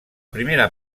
primera